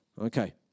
Okay